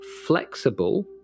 flexible